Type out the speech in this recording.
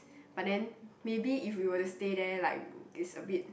but then maybe if we were to stay there like it's a bit